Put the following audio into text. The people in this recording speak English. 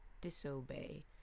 disobey